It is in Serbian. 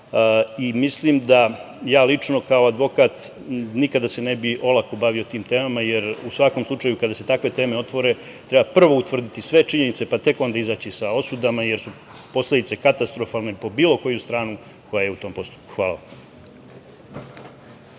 politički rad. Lično ja kao advokat nikada se ne bih olako bavio tim temama, jer u svakom slučaju kada se takve teme otvore treba prvo utvrditi sve činjenice, pa tek onda izaći sa osudama, jer su posledice katastrofalne po bilo koju stranu koja je u tom postupku. Hvala.